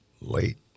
late